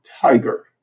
tiger